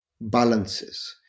balances